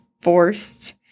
forced